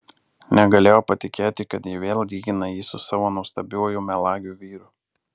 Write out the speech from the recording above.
negalėjo patikėti kad ji vėl lygina jį su savo nuostabiuoju melagiu vyru